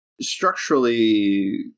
Structurally